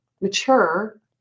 mature